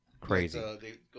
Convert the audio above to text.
crazy